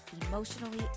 emotionally